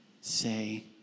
say